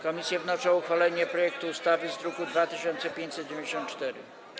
Komisje wnoszą o uchwalenie projektu ustawy z druku nr 2594.